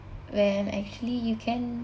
when actually you can